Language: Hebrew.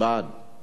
בעד או נגד?